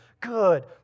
good